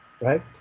right